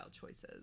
choices